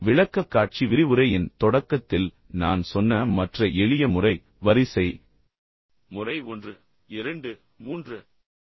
விளக்கக்காட்சி விரிவுரையின் தொடக்கத்தில் நான் சொன்ன மற்ற எளிய முறை வரிசை முறை 123